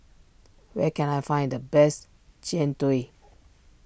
where can I find the best Jian Dui